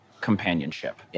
companionship